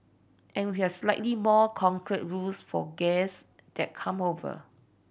and we have slightly more concrete rules for guest that come over